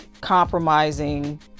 compromising